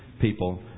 people